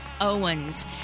Owens